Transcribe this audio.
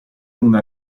una